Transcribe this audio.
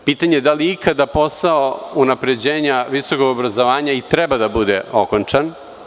Pitanje je da li ikada posao unapređenja visokog obrazovanja i treba da bude okončan.